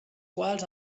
quals